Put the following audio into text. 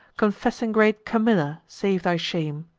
confessing great camilla, save thy shame.